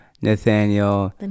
Nathaniel